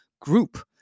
group